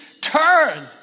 turn